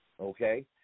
okay